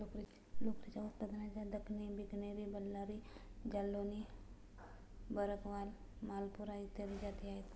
लोकरीच्या उत्पादनाच्या दख्खनी, बिकनेरी, बल्लारी, जालौनी, भरकवाल, मालपुरा इत्यादी जाती आहेत